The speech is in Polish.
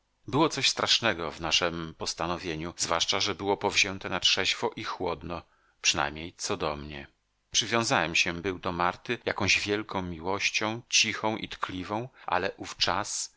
było coś strasznego w naszem postanowieniu zwłaszcza że było powzięte na trzeźwo i chłodno przynajmniej co do mnie przywiązałem się był do marty jakąś wielką miłością cichą i tkliwą ale